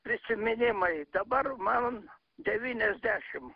prisiminimai dabar man devyniasdešim